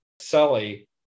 Sully